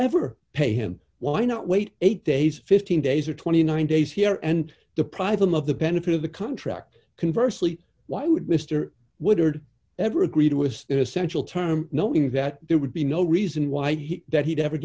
ever pay him why not wait eight days fifteen days or twenty nine days here and deprive them of the benefit of the contract converse lee why would mr woodard ever agreed with essential time knowing that there would be no reason why he that he'd ever